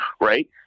Right